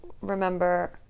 remember